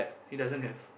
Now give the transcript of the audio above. he doesn't have